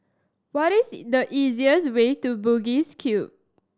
what is the easiest way to Bugis Cube